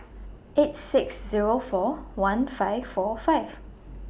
eight six Zero four one five four five